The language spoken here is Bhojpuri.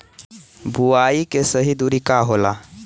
बुआई के सही दूरी का होला?